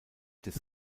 des